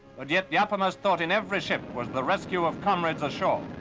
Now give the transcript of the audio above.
but yet, the uppermost thought in every ship was the rescue of comrades ashore.